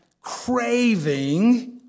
Craving